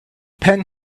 pen